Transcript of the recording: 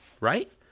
right